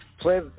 play